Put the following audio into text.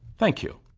thank you.